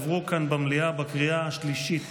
שעברו כאן במליאה בקריאה השלישית